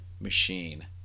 machine